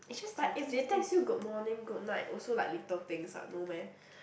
but if they text you good morning goodnight also like little things [what] no meh